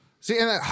See